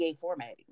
formatting